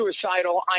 suicidal